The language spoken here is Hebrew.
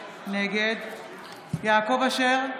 נגד יעקב אשר,